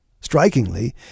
Strikingly